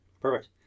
perfect